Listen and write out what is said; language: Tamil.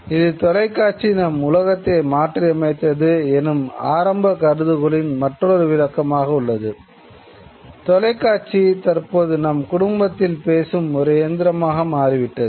இது 'தொலைக்காட்சி தற்போது நம் குடும்பத்தில் பேசும் ஒரு இயந்திரமாக மாறுவிட்டது